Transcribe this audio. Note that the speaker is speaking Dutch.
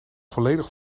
volledig